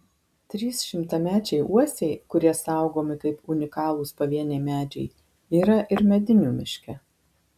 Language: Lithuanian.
trys šimtamečiai uosiai kurie saugomi kaip unikalūs pavieniai medžiai yra ir medinių miške